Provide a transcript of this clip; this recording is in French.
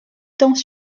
tant